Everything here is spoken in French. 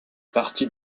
partie